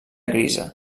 grisa